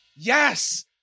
yes